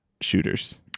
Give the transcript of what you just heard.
shooters